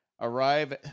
arrive